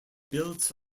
built